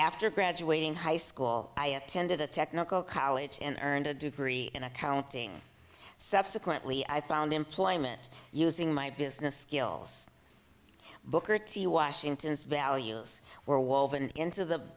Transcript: after graduating high school i attended a technical college and earned a degree in accounting subsequently i found employment using my business skills booker t washington values were woven into the